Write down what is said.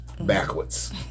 backwards